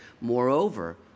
Moreover